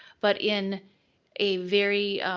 but in a very